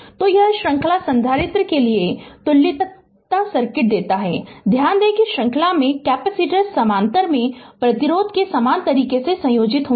तो यह श्रृंखला संधारित्र के लिए तुल्यता सर्किट देता है ध्यान दें कि श्रृंखला में कैपेसिटर समानांतर में प्रतिरोध के समान तरीके से संयोजित होते हैं